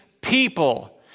people